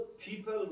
people